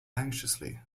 anxiously